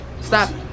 stop